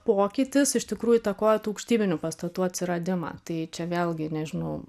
pokytis iš tikrųjų įtakojo tų aukštybinių pastatų atsiradimą tai čia vėlgi nežinau